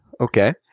Okay